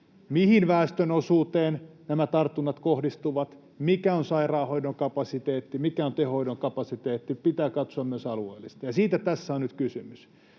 mihin väestönosuuteen nämä tartunnat kohdistuvat, mikä on sairaanhoidon kapasiteetti, mikä on tehohoidon kapasiteetti, pitää katsoa myös alueellisesti. Siitä tässä on nyt kysymys.